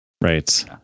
Right